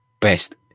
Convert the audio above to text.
best